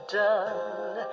done